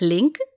Link